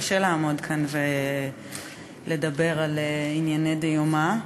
שקשה לעמוד כאן ולדבר על ענייני דיומא.